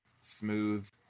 smooth